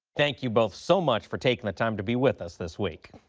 thank you both so much for taking the time to be with us this week.